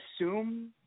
assume